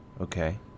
Okay